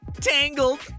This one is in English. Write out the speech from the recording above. Tangled